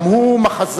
גם הוא מחזאי,